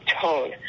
tone